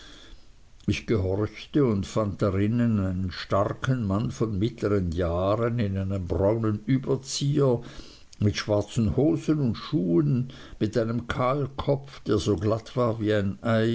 ich gehorchte und fand drinnen einen starken mann von mittlern jahren in einem braunen überzieher mit schwarzen hosen und schuhen mit einem kahlkopf der so glatt war wie